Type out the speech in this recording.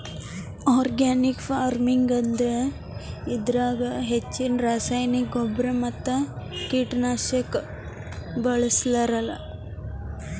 organic farming ಅಂದ್ರ ಇದ್ರಾಗ್ ಹೆಚ್ಚಿನ್ ರಾಸಾಯನಿಕ್ ಗೊಬ್ಬರ್ ಮತ್ತ್ ಕೀಟನಾಶಕ್ ಬಳ್ಸಿರಲ್ಲಾ